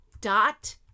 dot